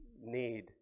need